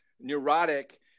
neurotic